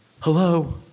Hello